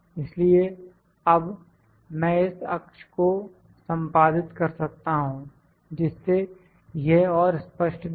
इसलिए अब मैं इस अक्ष को संपादित कर सकता हूं जिससे यह और स्पष्ट दिखे